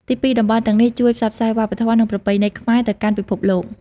ទីពីរ តំបន់ទាំងនេះជួយផ្សព្វផ្សាយវប្បធម៌ និងប្រពៃណីខ្មែរទៅកាន់ពិភពលោក។